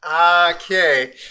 Okay